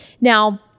Now